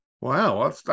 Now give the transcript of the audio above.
Wow